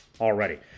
already